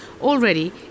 already